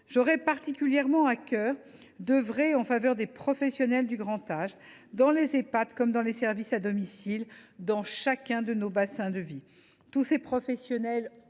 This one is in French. J’aurai particulièrement à cœur d’œuvrer en faveur des professionnels du grand âge, dans les Ehpad comme dans les services à domicile, dans chacun de nos bassins de vie. Tous ces professionnels